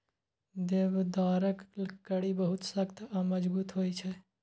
देवदारक कड़ी बहुत सख्त आ मजगूत होइ छै